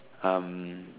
um